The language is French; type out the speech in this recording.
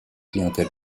clientèle